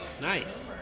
Nice